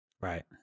Right